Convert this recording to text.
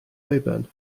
auburn